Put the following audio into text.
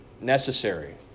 necessary